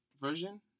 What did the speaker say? version